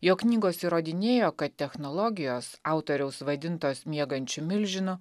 jo knygos įrodinėjo kad technologijos autoriaus vadintos miegančiu milžinu